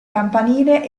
campanile